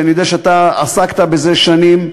ואני יודע שאתה עסקת בזה שנים,